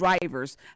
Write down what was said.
drivers